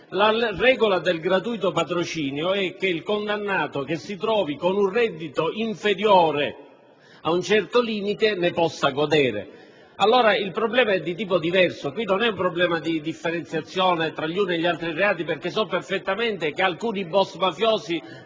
La regola del gratuito patrocinio è che il condannato che si trovi con un reddito inferiore ad un certo limite ne possa godere. Allora il problema è di tipo diverso; non è un problema di differenziazione tra gli uni e gli altri reati, perché so perfettamente che alcuni boss mafiosi